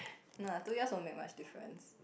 no lah two years won't make much difference